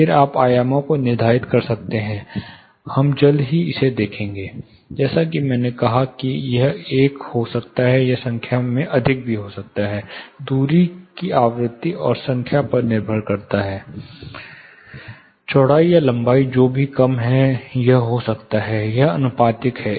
फिर से आप आयामों को निर्धारित कर सकते हैं हम जल्द ही इसे देखेंगे जैसा कि मैंने कहा कि यह एक हो सकता है यह संख्या में अधिक हो सकता है दूरी की आवृत्ति और संख्या पर निर्भर करता है चौड़ाई या लंबाई जो भी कम है यह हो सकता है यह आनुपातिक है